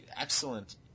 excellent